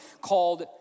called